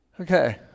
Okay